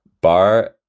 bar